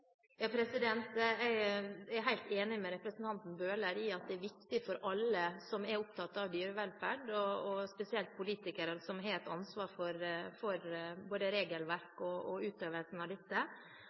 enig med representanten Bøhler i at det er viktig for alle som er opptatt av dyrevelferd – og spesielt politikere som har et ansvar for både regelverk